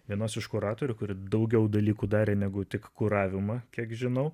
vienas iš kuratorių daugiau dalykų darė negu tik kuravimą kiek žinau